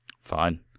Fine